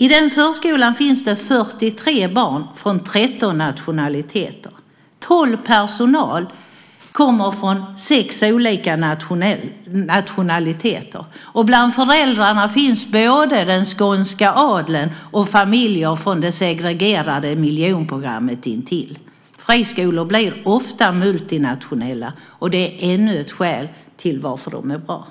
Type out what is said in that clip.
I den förskolan finns 43 barn från 13 nationaliteter, 12 personal från 6 olika nationaliteter, och bland föräldrarna finns både den skånska adeln och familjer från det segregerade miljonprogrammet intill. Friskolor blir ofta multinationella, och det är ännu ett skäl till att de är bra.